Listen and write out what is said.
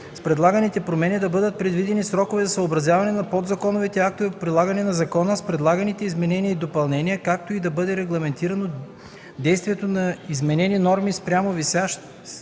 с предлаганите промени, да бъдат предвидени срокове за съобразяване на подзаконовите актове по прилагането на закона с предлаганите изменения и допълнения, както и да бъде регламентирано действието на изменените норми спрямо висящи